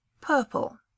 Purple